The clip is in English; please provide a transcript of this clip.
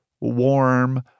warm